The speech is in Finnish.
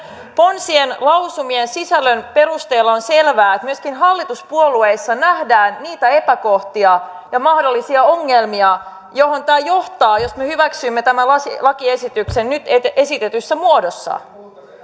ponsien lausumien sisällön perusteella on selvää että myöskin hallituspuolueissa nähdään niitä epäkohtia ja mahdollisia ongelmia joihin johtaa tämä jos me hyväksymme tämän lakiesityksen nyt esitetyssä muodossa